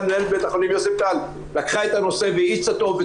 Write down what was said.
מנהלת בית החולים יוספטל לקחה את הנושא והאיצה אותו,